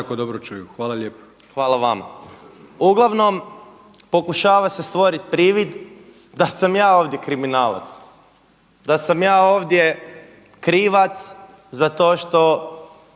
Hvala vama. Uglavnom, pokušava se stvoriti privid da sam ja ovdje kriminalac, da sam ja ovdje krivac za to što